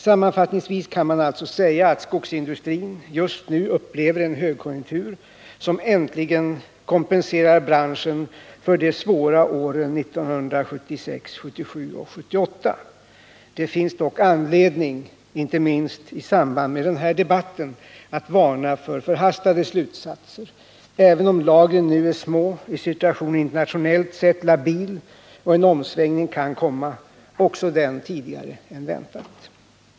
Sammanfattningsvis kan man allstå säga att skogsindustrin just nu upplever en högkonjunktur som äntligen kompenserar branschen för de svåra åren 1976, 1977 och 1978. Det finns dock anledning. inte minst i samband med den här debatten. att varna för förhastade slutsatser. Även om lagren nu är små är situationen internationellt sett labil och en omsvängning kan komma, också den tidigare än väntat.